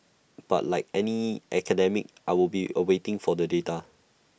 but like any academic I will be awaiting for the data